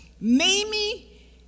Mamie